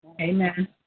Amen